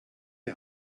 die